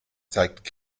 zeigt